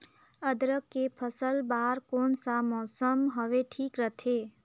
अदरक के फसल बार कोन सा मौसम हवे ठीक रथे?